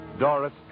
Doris